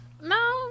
no